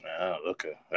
Okay